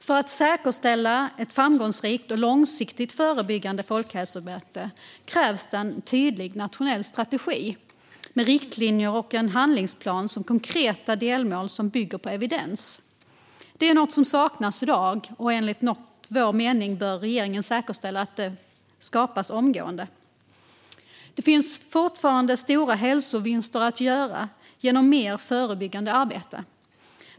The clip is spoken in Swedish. För att säkerställa ett framgångsrikt och långsiktigt förebyggande folkhälsoarbete krävs en tydlig nationell strategi med riktlinjer och en handlingsplan med konkreta delmål som bygger på evidens. Detta är något som saknas i dag, och enligt vår mening bör regeringen säkerställa att det skapas omgående. Det finns fortfarande stora hälsovinster att göra genom mer förebyggande arbete.